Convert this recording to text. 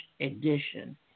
edition